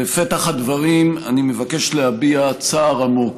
בפתח הדברים אני מבקש להביע צער עמוק,